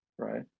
right